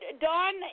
Don